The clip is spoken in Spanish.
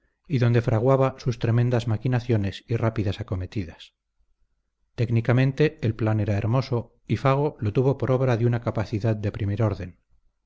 y donde fraguaba sus tremendas maquinaciones y rápidas acometidas técnicamente el plan era hermoso y fago lo tuvo por obra de una capacidad de primer orden